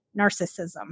narcissism